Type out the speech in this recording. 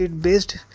based